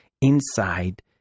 inside